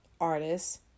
artists